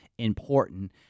important